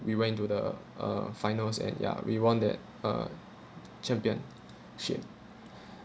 we went to the uh finals and ya we won that uh championship